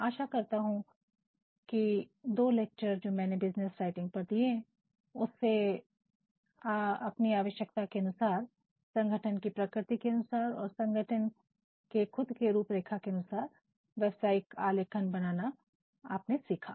आशा करता हूं किएदो लेक्चर जो मैंने बिज़नेस राइटिंग पर दिए उससे अपनी आवश्यकता के अनुसार संगठन की प्रकृति के अनुसार संगठन के खुद के रूपरेखा के अनुसार व्यवसायिक आलेख बनाना आपने सीखा